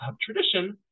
tradition